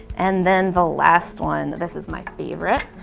and then the last one. this is my favorite.